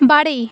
বাড়ি